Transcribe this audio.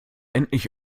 endlich